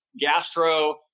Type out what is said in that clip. gastro